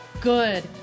good